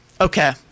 Okay